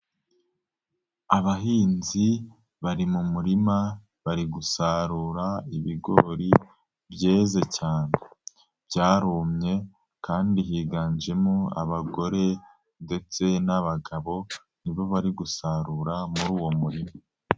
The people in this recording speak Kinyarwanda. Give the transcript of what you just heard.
Abahinzi, bari mu murima, bari gusarura ibigori byeze cyane. Byarumye kandi higanjemo abagore ndetse n'abagabo, nibo bari gusarura muri uwo murima.